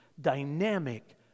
dynamic